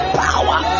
power